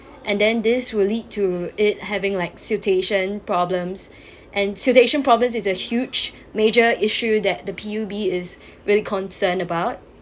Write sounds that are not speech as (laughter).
and then this will lead to it having like siltation problems (breath) and siltation problem is a huge major issue that the P_U_B is (breath) really concerned about